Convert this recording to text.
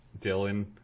Dylan